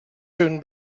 soon